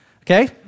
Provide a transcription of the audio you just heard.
okay